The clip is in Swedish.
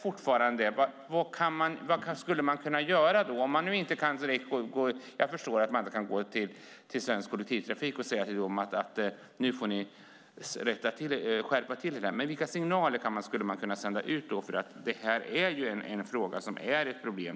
Jag förstår att man inte kan säga till svensk kollektivtrafik att de måste rätta till detta. Vilka signaler skulle man kunna sända ut? Det här är trots allt ett problem.